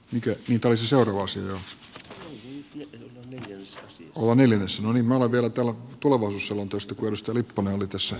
nyt mitali todellinen ongelma joka on elina salonen ole vielä tälle tuossa hentusta muodosta lipponen oli tässä